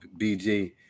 BG